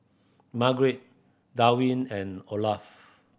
Margaret Darwyn and Olaf